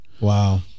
Wow